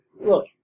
Look